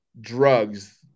drugs